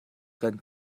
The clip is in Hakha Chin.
kan